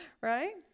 Right